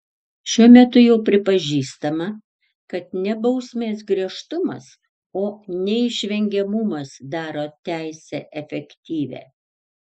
šiuo metu jau pripažįstama kad ne bausmės griežtumas o neišvengiamumas daro teisę efektyvią